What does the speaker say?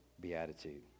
beatitude